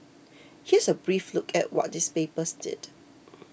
here's a brief look at what these papers did